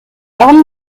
warum